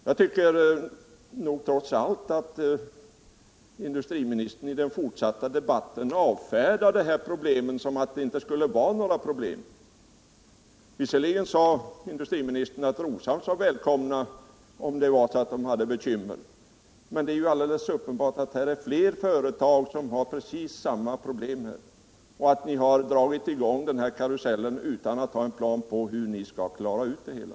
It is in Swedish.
Jag tycker trots allt att industriministern i den fortsatta debatten avfärdar de här problemen som om de inte skulle finnas. Visserligen sade industriministern att Roshamns talesmän var välkomna om de hade bekymmer, men det är alldeles uppenbart att det finns flera företag som har precis samma problem och att ni dragit i gång karusellen utan att ha någon plan för hur ni skall klara ut det hela.